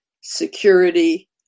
security